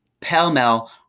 pell-mell